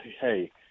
hey